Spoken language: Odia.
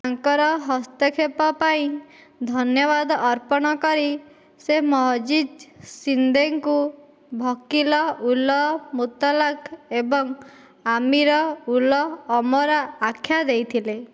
ତାଙ୍କର ହସ୍ତକ୍ଷେପ ପାଇଁ ଧନ୍ୟବାଦ ଅର୍ପଣ କରି ସେ ମହଜିଜୀ ସିନ୍ଦେଙ୍କୁ ଭକିଲ ଉଲ ମୁତଲାକ ଏବଂ ଆମୀର ଉଲ ଅମରା ଆଖ୍ୟା ଦେଇଥିଲେ